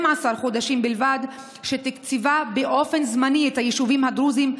חודשים בלבד שתקצבה באופן זמני את היישובים הדרוזיים,